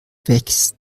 wächst